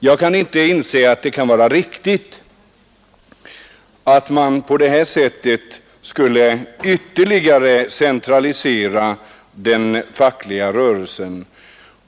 Jag anser det inte vara riktigt att på detta sätt ytterligare centralisera den fackliga rörelsen.